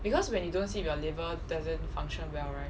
because when you don't sleep your liver doesn't function well right